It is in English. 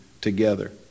together